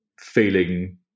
feeling